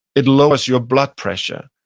it lowers your blood pressure.